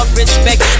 respect